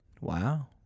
Wow